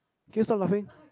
can you stop laughing